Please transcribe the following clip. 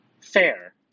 fair